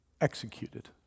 executed